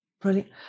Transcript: Brilliant